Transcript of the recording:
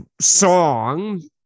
song